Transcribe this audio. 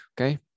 okay